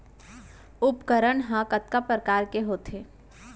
उपकरण हा कतका प्रकार के होथे?